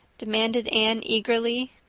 demanded anne eagerly.